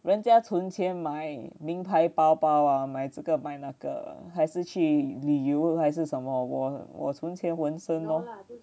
人家存钱买名牌包包啊买这个买那个还是去旅游还是什么我我存钱纹身 lor